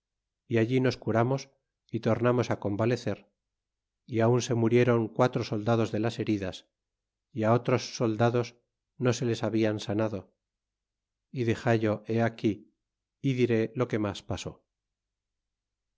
y allí nos curamos y tornamos convalecer y aun se muriéron quatro soldados de las heridas y otros soldados no se les habían sanado y dexallo he aquí y diré lo que mas pasó